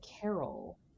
carol